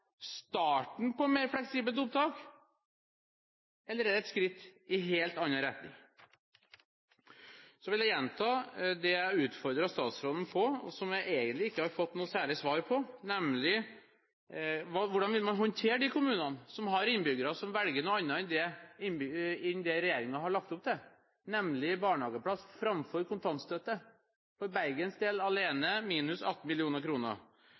starten på et mer fleksibelt opptak, eller er det et skritt i en helt annen retning? Jeg vil gjenta det jeg utfordret statsråden på, og som jeg egentlig ikke har fått noe særlig svar på, nemlig hvordan man vil håndtere de kommunene som har innbyggere som velger noe annet enn det regjeringen har lagt opp til, nemlig barnehageplass framfor kontantstøtte – for Bergens del alene, minus 18